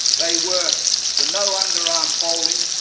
they were the no underarm bowling,